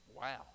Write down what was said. Wow